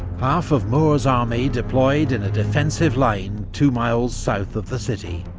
half of moore's army deployed in a defensive line two miles south of the city,